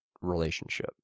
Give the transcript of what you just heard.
relationship